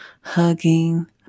hugging